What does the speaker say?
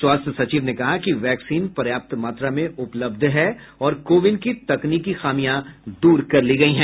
स्वास्थ्य सचिव ने कहा कि वैक्सीन पर्याप्त मात्रा में उपलब्ध है और कोविन की तकनीकी खामियां दूर कर ली गई है